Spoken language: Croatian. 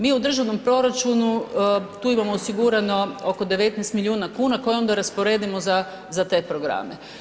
Mi u državnom proračunu tu imamo osigurano oko 19 milijuna kuna koje onda rasporedimo za te programe.